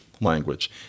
language